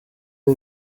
ari